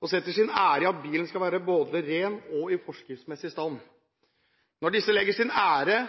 og setter sin ære i at bilen skal være både ren og i forskriftsmessig stand. Når disse setter sin ære